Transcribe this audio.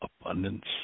abundance